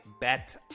Bet